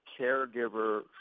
caregiver